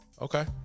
Okay